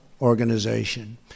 organization